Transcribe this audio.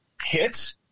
hit